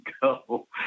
go